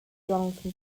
donaldson